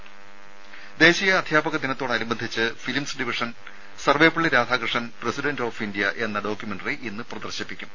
ദേഴ ദേശീയ അധ്യാപക ദിനത്തോടനുബന്ധിച്ച് Films Division Sarvepalli Radhakrishnan president of India എന്ന ഡോക്യുമെന്ററി ഇന്ന് പ്രദർശിപ്പിക്കും